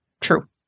True